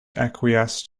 acquiesce